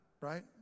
right